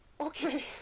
Okay